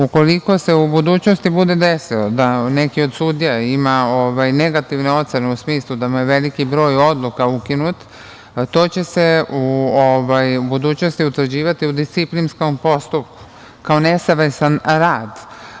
Ukoliko se u budućnosti bude desilo da neki od sudija ima negativnu ocenu u smislu da mu je veliki broj odluka ukinut, to će se u budućnosti utvrđivati u disciplinskom postupku kao nesavestan rad.